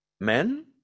men